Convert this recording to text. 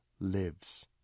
lives